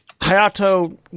Hayato